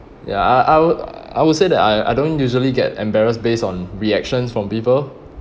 ya I I would I would say that I I don't usually get embarrassed based on reactions from people